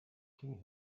king